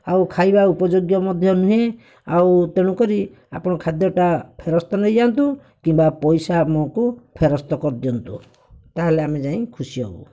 ଆଉ ଖାଇବା ଉପଯୋଗ ମଧ୍ୟ ନୁହେଁ ଆଉ ତେଣୁ କରି ଆପଣ ଖାଦ୍ୟଟା ଫେରସ୍ତ ନେଇଯାଆନ୍ତୁ କିମ୍ବା ପଇସା ଆମକୁ ଫେରସ୍ତ କରିଦିଅନ୍ତୁ ତାହେଲେ ଆମେ ଯାଇ ଖୁସି ହେବୁ